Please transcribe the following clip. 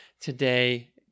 today